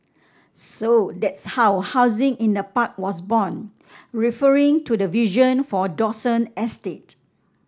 so that's how housing in a park was born referring to the vision for Dawson estate